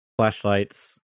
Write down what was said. flashlights